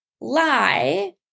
lie